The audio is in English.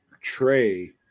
tray